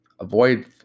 avoid